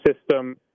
system